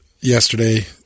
yesterday